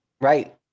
Right